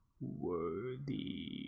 worthy